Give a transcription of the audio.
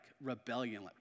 rebellion